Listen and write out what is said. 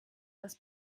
das